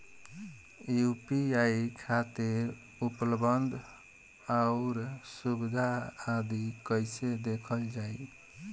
UPI खातिर उपलब्ध आउर सुविधा आदि कइसे देखल जाइ?